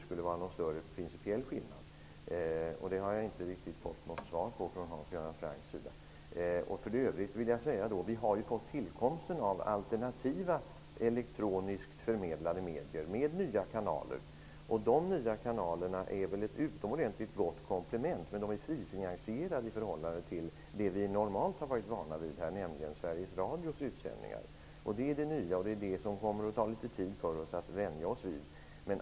Där har jag inte fått något riktigt svar från Hans Göran Franck. För övrigt har vi ju fått tillgång till alternativa elektroniskt förmedlande medier med nya kanaler. Dessa nya kanaler utgör ett utomordentligt gott komplement, men de är frifinansierade i förhållande till det som vi normalt har varit vana vid, nämligen Sveriges Radios utsändningar. Det är det nya, och det kommer att ta litet tid för oss att vänja oss vid det.